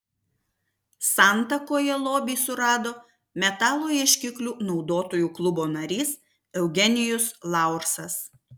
santakoje lobį surado metalo ieškiklių naudotojų klubo narys eugenijus laursas